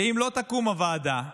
ואם לא תקום הוועדה,